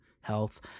Health